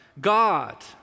God